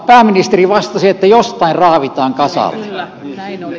pääministeri vastasi että jostain raavitaan kasaan